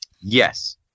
Yes